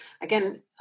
again